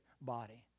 body